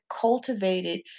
cultivated